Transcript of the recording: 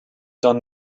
done